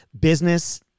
business